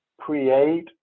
create